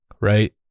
right